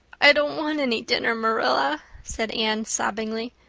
i don't want any dinner, marilla, said anne, sobbingly.